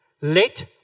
Let